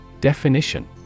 Definition